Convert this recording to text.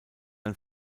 ein